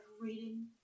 Reading